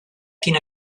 quina